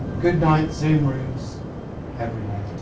goodnight, zoom rooms everywhere.